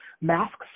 masks